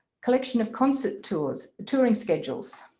collection of concert tours, touring schedules.